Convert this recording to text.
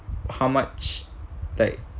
how much like